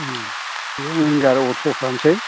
बे विंगार अथ'फ्रानोसै